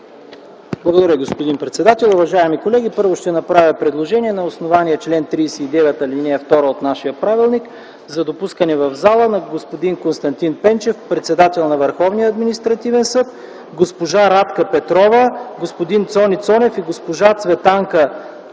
Благодаря, господин председател. Уважаеми колеги, първо, ще направя предложение на основание чл. 39, ал. 2 от нашия правилник за допускане в зала на господин Константин Пенчев – председател на Върховния административен съд, госпожа Радка Петрова, господин Цони Цонев и госпожа Цветанка